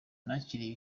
nakiriye